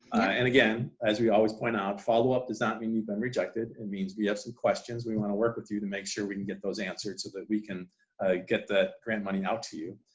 and again, as we always point out, follow-up does not mean you've been rejected, it means we have some questions we want to work with you to make sure we can get those answers so that we can get the grant money out to you,